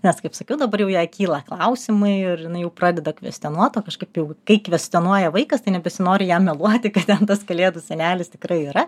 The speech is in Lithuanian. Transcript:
nes kaip sakiau dabar jau jai kyla klausimai ir jinai pradeda kvestionuot o kažkaip juk kai kvestionuoja vaikas tai nebesinori jam meluoti kad tas kalėdų senelis tikrai yra